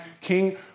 King